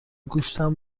گوشتم